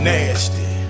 Nasty